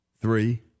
three